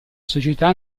società